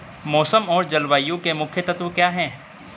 मौसम और जलवायु के मुख्य तत्व क्या हैं?